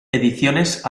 ediciones